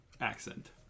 accent